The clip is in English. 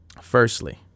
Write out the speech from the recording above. firstly